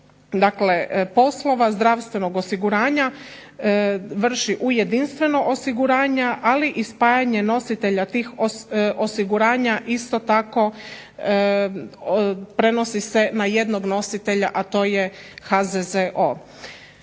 spajanjem poslova zdravstvenog osiguranja vrši u jedinstveno osiguranja, ali i spajanje nositelja tih osiguranja isto tako prenosi se na jednog nositelja, a to je HZZO.